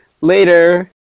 later